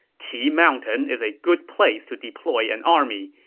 qi mountain is a good place to deploy an army.